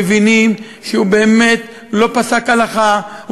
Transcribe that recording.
מבינים שהוא לא פסק הלכה,